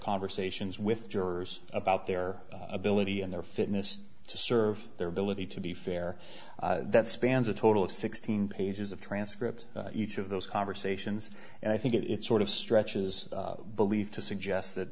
conversations with jurors about their ability and their fitness to serve their ability to be fair that spans a total of sixteen pages of transcript each of those conversations and i think it's sort of stretches belief to suggest that